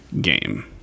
game